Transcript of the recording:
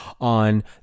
on